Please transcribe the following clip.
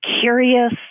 curious